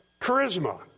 charisma